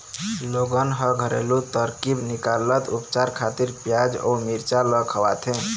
लोगन ह घरेलू तरकीब निकालत उपचार खातिर पियाज अउ मिरचा ल खवाथे